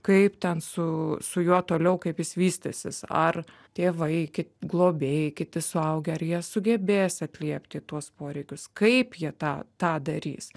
kaip ten su su juo toliau kaip jis vystysis ar tėvai ki globėjai kiti suaugę ar jie sugebės atliepti tuos poreikius kaip jie tą tą darys